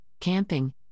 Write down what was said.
camping